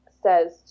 says